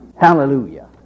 Hallelujah